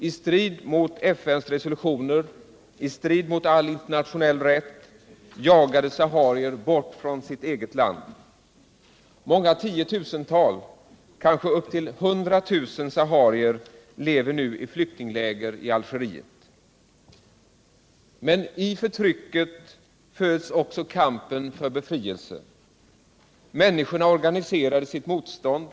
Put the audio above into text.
I strid mot FN-resolutioner och i strid mot all internationell rätt jagades saharier bort från sitt eget land. Saharier i många tiotusental, kanske närmare 100 000 saharier, lever nu i flyktingläger i Algeriet. Men i förtrycket föds också kampen för befrielse. Människorna organiserade sitt motstånd.